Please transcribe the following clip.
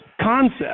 concept